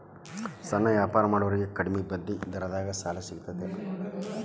ಸಣ್ಣ ವ್ಯಾಪಾರ ಮಾಡೋರಿಗೆ ಕಡಿಮಿ ಬಡ್ಡಿ ದರದಾಗ್ ಸಾಲಾ ಸಿಗ್ತದಾ?